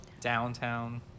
downtown